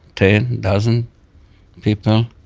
ten, dozen people.